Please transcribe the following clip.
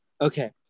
Okay